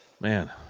man